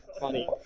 Funny